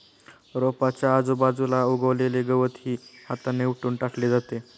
रोपाच्या आजूबाजूला उगवलेले गवतही हाताने उपटून टाकले जाते